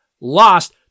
lost